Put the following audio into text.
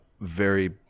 Very-